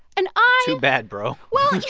and i. too bad, bro well. yeah